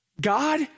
God